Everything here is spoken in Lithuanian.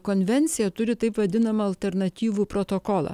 konvencija turi taip vadinamą alternatyvų protokolą